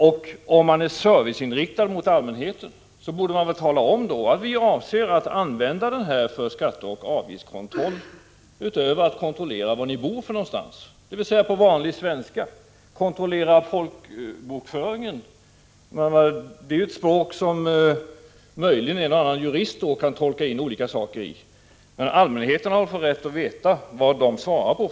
Om myndigheterna är serviceinriktade mot allmänheten borde de tala om att de avser att använda folkoch bostadsräkningen för skatteoch avgiftskontroll utöver kontrollen av var människor bor, dvs., på vanlig svenska, kontrollera folkbokföringen. Eljest är det ett språkbruk som möjligen en och annan jurist kan tolka in olika saker i, men allmänheten har i alla fall rätt att veta vad de svarar på.